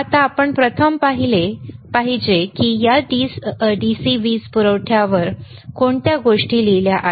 आता आपण प्रथम हे पाहिले पाहिजे की या DC वीज पुरवठ्यावर कोणत्या गोष्टी लिहिल्या आहेत